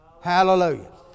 Hallelujah